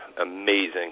amazing